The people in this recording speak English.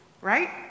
right